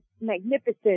magnificent